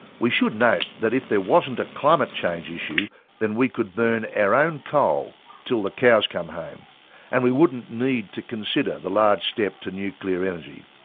we should note that if there wasn't a climate change issue then we could burn our own coal till the cows come home and we wouldn't need to consider the large step to nuclear energy.